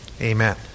Amen